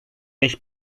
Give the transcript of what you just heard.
beş